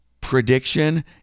prediction